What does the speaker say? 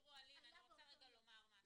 אלין, אני רוצה לומר משהו.